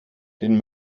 den